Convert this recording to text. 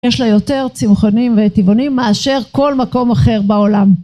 יש לה יותר צמחונים וטבעונים מאשר כל מקום אחר בעולם.